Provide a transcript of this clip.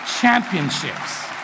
championships